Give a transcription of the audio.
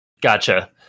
Gotcha